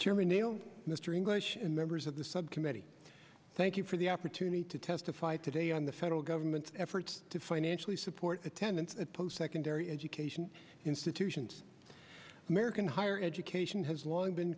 terminate mr english and members of the subcommittee thank you for the opportunity to testify today on the federal government's efforts to financially support attendance at post secondary education institutions american higher education has long been